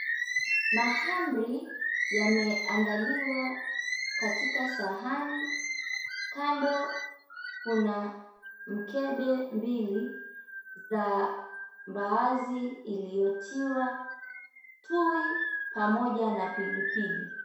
Mahamri yameandaliwa katika sahani. Kando kuna mikebe mbili za mbaazi iliyotiwa tui pamoja na pilipili.